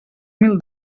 mil